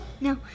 No